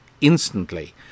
instantly